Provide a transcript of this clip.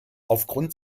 aufgrund